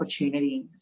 opportunities